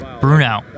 Bruno